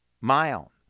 mile